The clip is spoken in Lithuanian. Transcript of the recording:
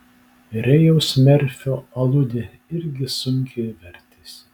rėjaus merfio aludė irgi sunkiai vertėsi